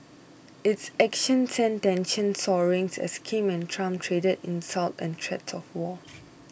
its actions sent tensions soaring's as Kim and Trump traded insults and threats of war